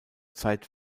zeit